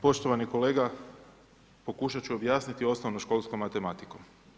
Poštovani kolega pokušati ću objasniti osnovnom školskom matematikom.